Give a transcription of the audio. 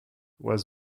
was